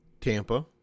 Tampa